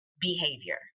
behavior